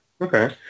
Okay